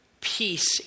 peace